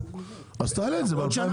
תעלה את זה ב-2025.